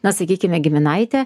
na sakykime giminaitė